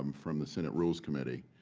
um from the senate rules committee.